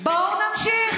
בואו נמשיך.